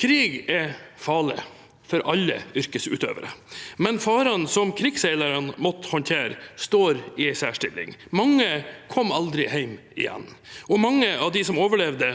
Krig er farlig for alle yrkesutøvere, men farene krigsseilerne måtte håndtere, står i en særstilling. Mange kom aldri hjem igjen, og mange av de som overlevde,